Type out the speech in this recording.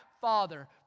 Father